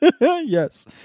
Yes